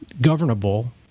governable